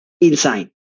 Insane